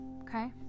okay